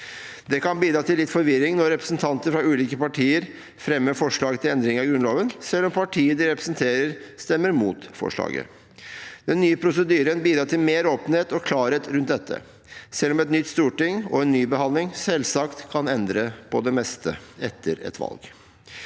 Det kan bidra til litt forvirring når representanter fra ulike partier fremmer forslag til endringer i Grunnloven, selv om partiet de representerer, stemmer mot forslaget. Den nye prosedyren bidrar til mer åpenhet og klarhet rundt dette, selv om et nytt storting og en ny behandling selvsagt kan endre på det meste etter et valg.